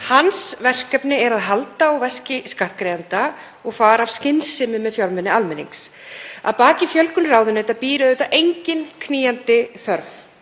Hans verkefni er að halda á veski skattgreiðenda og fara skynsamlega með fjármuni almennings. Að baki fjölgun ráðuneyta býr auðvitað engin knýjandi þörf,